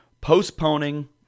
postponing